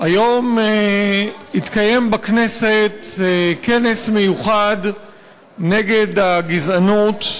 היום התקיים בכנסת כנס מיוחד נגד הגזענות,